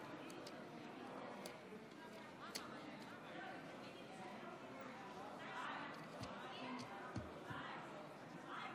אנחנו ממשיכים בסדר-היום ועוברים לסעיף